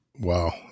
wow